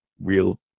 real